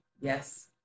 Yes